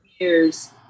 years